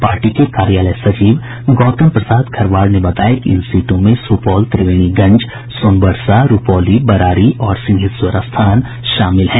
party के कार्यालय सचिव गौतम प्रसाद खरवार ने बताया कि इन सीटों में सुपौल त्रिवेणीगंज सोनबरसा रूपौली बरारी और सिंहेश्वर स्थान शामिल हैं